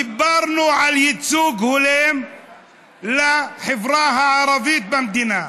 דיברנו על ייצוג הולם לחברה הערבית במדינה.